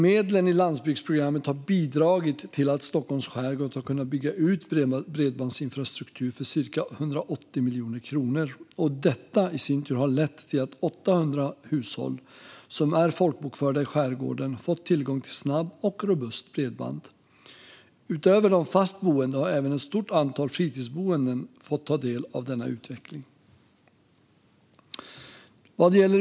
Medlen i landsbygdsprogrammet har bidragit till att Stockholms skärgård har kunnat bygga ut bredbandsinfrastruktur för cirka 180 miljoner kronor, och detta har lett till att 800 hushåll som är folkbokförda i skärgården fått tillgång till snabbt och robust bredband. Utöver de fast boende har även ett stort antal fritidsboenden fått ta del av denna utveckling.